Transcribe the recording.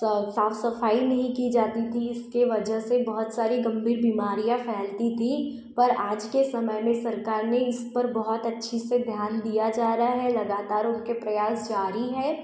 साफ सफाई नहीं की जाती थी इसके वजह से बहुत सारी गम्भीर बीमारियाँ फैलती थी पर आज के समय में सरकार ने इस पर बहुत अच्छी से ध्यान दिया जा रहा है लगातार उनके प्रयास जारी है